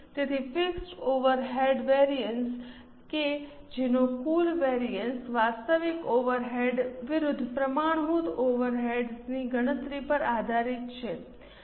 તેથી fixed overheads variance કે જેનો કુલ વેરિઅન્સ વાસ્તવિક ઓવરહેડ્સ વિરુદ્ધ પ્રમાણભૂત ઓવરહેડ્સની ગણતરી પર આધારિત છે